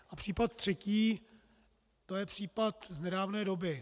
A případ třetí, to je případ z nedávné doby.